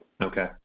Okay